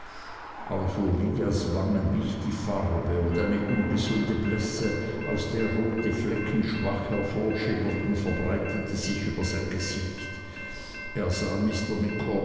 wangen wich die farbe und eine ungesunde blässe aus der rote flecken schwach hervorschimmerten verbreitete sich über sein gesicht er sah